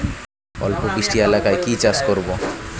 অল্প বৃষ্টি এলাকায় কি চাষ করব?